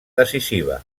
decisiva